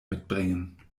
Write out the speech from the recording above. mitbringen